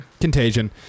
Contagion